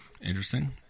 Interesting